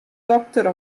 dokter